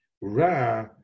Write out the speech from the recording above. Ra